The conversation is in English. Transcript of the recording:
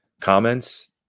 comments